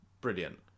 brilliant